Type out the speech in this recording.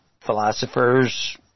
philosophers